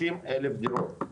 30,000 דירות.